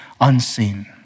unseen